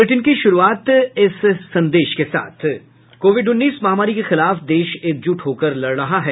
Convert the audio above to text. bulletin की शुरूआत से पहले ये संदेश कोविड उन्नीस महामारी के खिलाफ देश एकजूट होकर लड़ रहा है